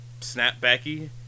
snapbacky